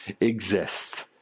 exists